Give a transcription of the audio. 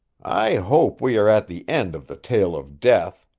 i hope we are at the end of the tale of death,